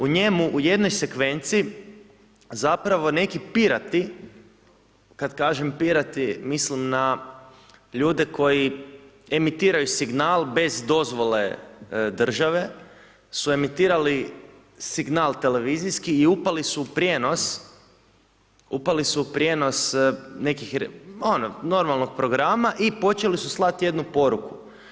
U njemu u jednoj sekvenci zapravo neki pirati, kad kažem pirati mislim na ljude koji emitiraju signal bez dozvole države, su emitirali signal televizijski i upali su u prijenos nekih, ono, normalnog programa i počeli su slat jednu poruku.